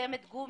חותמת גומי.